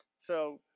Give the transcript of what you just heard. so,